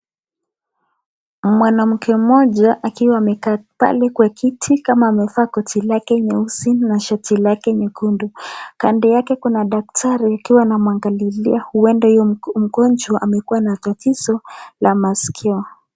Mwanamke mmoja akiwa amekaa pale kwa kiti kama amevaa koti lake nyeusi na shati lake nyekundu. Kando yake kuna daktari ikiwa anamuangalia huenda huyo mgonjwa amekuwa na tatizo la masikio.